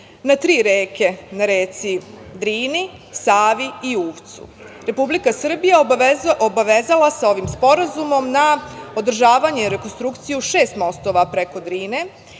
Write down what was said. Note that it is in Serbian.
na tri reke. Reci Drini, Savi i Uvcu. Republika Srbija obavezala se ovim sporazumom na održavanje i rekonstrukciju šest mostova preko Drine